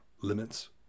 limits